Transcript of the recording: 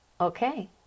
okay